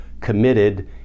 committed